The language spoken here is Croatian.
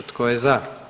Tko je za?